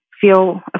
feel